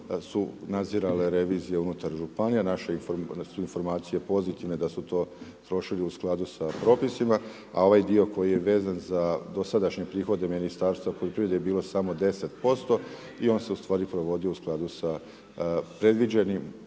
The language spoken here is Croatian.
su nadzirale revizije unutar županija, naše informacije, da su informacije pozitivne, da su to trošili u skladu sa propisima a ovaj dio koji je vezan za dosadašnje prihode Ministarstva poljoprivrede je bilo samo 10% i on se ustvari provodio u skladu sa predviđenim